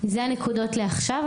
אלה הנקודות לעכשיו.